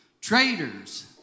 traitors